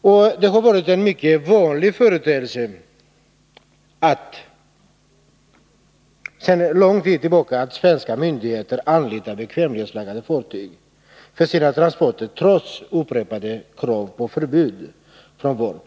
Sedan lång tid tillbaka är det en mycket vanlig företeelse att svenska myndigheter anlitar bekvämlighetsflaggade fartyg för sina transporter — detta trots upprepade krav från vårt partis sida på förbud i det avseendet.